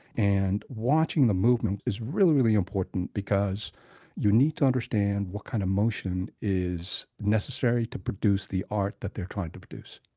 and watching the movement is really, really important because you need to understand what kind of motion is necessary to produce the art that they're trying to produce